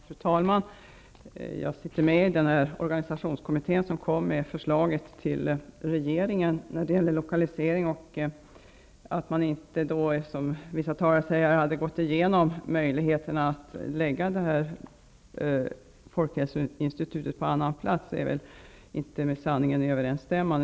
Fru talman! Jag sitter med i organisationskommittén, som nu kommit med förslaget till regeringen om lokaliseringen. Vissa talare har sagt att kommittén inte har gått igenom alla möjligheter att förlägga folkhälsoinstitutet på annan plats än Stockholm, men det är inte med sanningen överensstämmande.